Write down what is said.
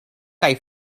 kaj